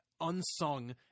unsung